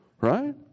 Right